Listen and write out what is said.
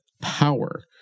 power